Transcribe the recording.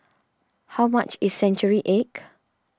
how much is Century Egg